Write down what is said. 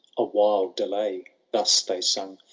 a while delay, thus they sung,